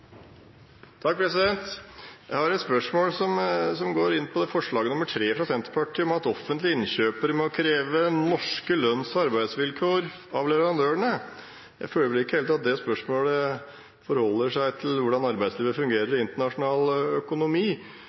Jeg har et spørsmål som går på forslag nr. 3, fra Senterpartiet, om at offentlige innkjøpere må kreve norske lønns- og arbeidsvilkår av leverandørene. Jeg føler vel ikke helt at det spørsmålet forholder seg til hvordan arbeidslivet fungerer i internasjonal økonomi,